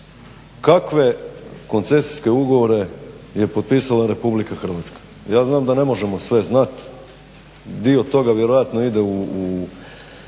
kakve koncesijske ugovore je potpisala RH? Ja znam da ne možemo sve znati, dio toga vjerojatno ide u